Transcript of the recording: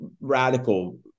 radical